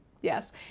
yes